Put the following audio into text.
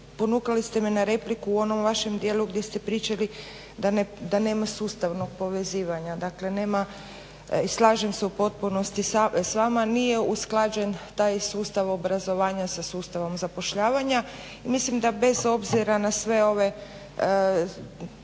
ponukali ste me na repliku u onom vašem dijelu gdje ste pričali da nema sustavnog povezivanja i slažem se u potpunosti s vama, nije usklađen taj sustav obrazovanja sa sustavom zapošljavanja i mislim da bez obzira na sve ove